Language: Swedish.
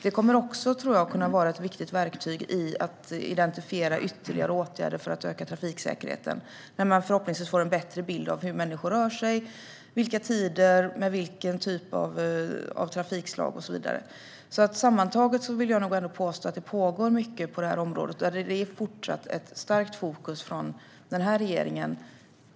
Det kommer också att vara ett viktigt verktyg för att identifiera ytterligare åtgärder för att öka trafiksäkerheten, när man förhoppningsvis får en bättre bild av hur människor rör sig, under vilka tider och med vilka trafikslag och så vidare. Sammantaget vill jag nog ändå påstå att det pågår mycket på det här området, och regeringen har fortsatt ett starkt fokus.